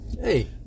Hey